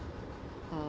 uh